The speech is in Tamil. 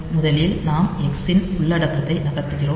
முதலில் நாம் எக்ஸ் ன் உள்ளடக்கத்தை நகர்த்துகிறோம்